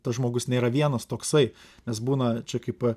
tas žmogus nėra vienas toksai nes būna čia kaip